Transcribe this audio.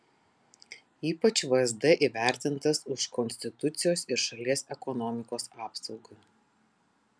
ypač vsd įvertintas už konstitucijos ir šalies ekonomikos apsaugą